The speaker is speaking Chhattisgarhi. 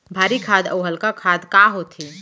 भारी खाद अऊ हल्का खाद का होथे?